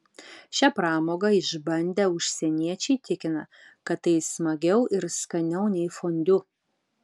šią pramogą išbandę užsieniečiai tikina kad tai smagiau ir skaniau nei fondiu